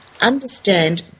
understand